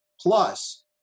Plus